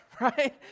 right